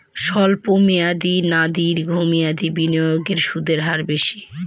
স্বল্প মেয়াদী না দীর্ঘ মেয়াদী বিনিয়োগে সুদের হার বেশী?